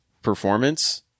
performance